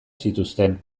zituzten